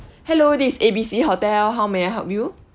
hello this is A B C hotel how may I help you